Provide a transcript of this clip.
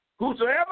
Whosoever